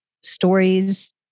stories